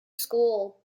school